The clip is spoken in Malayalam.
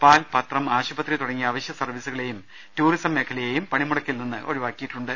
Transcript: പാൽ പത്രം ആശുപത്രി തുടങ്ങിയ അവശ്യ സർവ്വീ സുകളെയും ടൂറിസം മേഖലയെയും പണിമുടക്കിൽ നിന്ന് ഒഴിവാക്കിയിട്ടു ണ്ട്